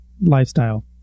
lifestyle